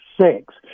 six